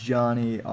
Johnny